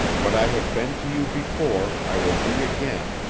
what i have been to you before i will be again,